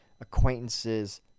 acquaintances